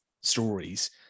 stories